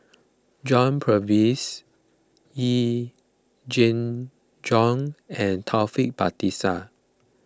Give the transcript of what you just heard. John Purvis Yee Jenn Jong and Taufik Batisah